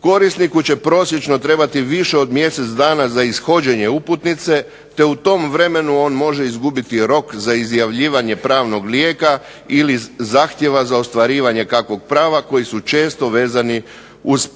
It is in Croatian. Korisniku će prosječno trebati više od mjesec dana za ishođenje uputnice te u tom vremenu on može izgubiti rok za izjavljivanje pravnog lijeka ili zahtjeva za ostvarivanje kakvog prava koji su često vezani uz